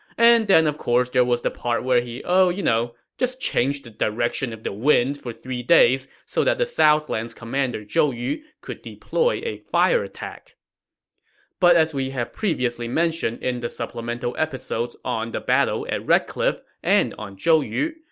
and then of course there was the part where he you know changed the direction of the wind for three days so that the southlands commander zhou yu could deploy a fire attack but as we have previously mentioned in the supplemental episodes on the battle at red cliff and on zhou yu,